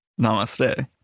Namaste